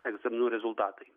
egzaminų rezultatai